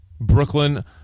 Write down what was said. Brooklyn